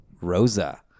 Rosa